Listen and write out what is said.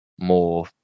more